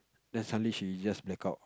then suddenly she just blackout